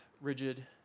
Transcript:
rigid